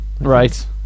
right